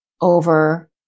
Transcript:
over